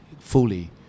fully